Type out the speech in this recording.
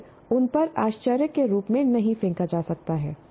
यह उन पर आश्चर्य के रूप में नहीं फेंका जा सकता है